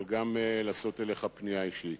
אבל גם לפנות אליך פנייה אישית: